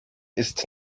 ist